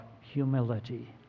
humility